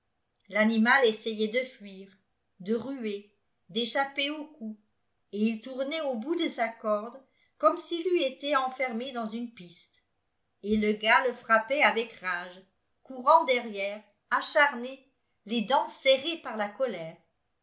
l'animal essayait de fuir de ruer d'échapper aux coups et il tournait au bout de sa corde comme s'il eût été enfermé dans une piste et le gars le frappait avec rage courant derrière acharné les dents serrées par la colère